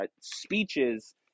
speeches